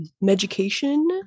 medication